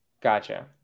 Gotcha